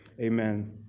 amen